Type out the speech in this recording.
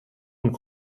und